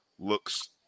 Looks